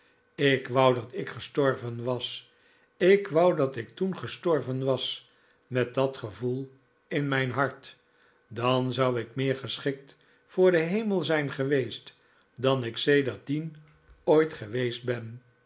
ik wou dat ik gestorven was ik wou dat ik toen gestorven was met dat gevoel in mijn hart dan zou ik meer geschikt voor den hemel zijn geweest dan ik sedertdien ooit geweest ben